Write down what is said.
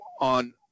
on